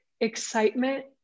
excitement